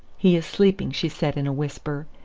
he is sleeping, she said in a whisper,